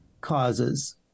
causes